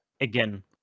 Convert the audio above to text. Again